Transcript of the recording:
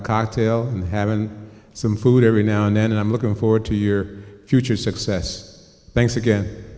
a cocktail and have and some food every now and then and i'm looking forward to your future success thanks again